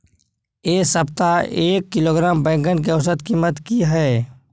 ऐ सप्ताह एक किलोग्राम बैंगन के औसत कीमत कि हय?